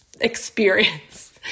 experience